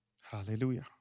hallelujah